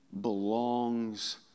belongs